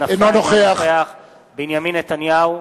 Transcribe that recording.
אינו נוכח בנימין נתניהו,